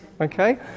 Okay